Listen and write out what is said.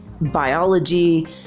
biology